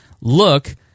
look